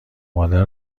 مادر